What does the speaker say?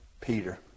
Peter